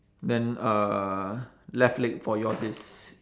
then uh left leg for yours is